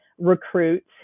recruits